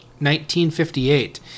1958